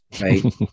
right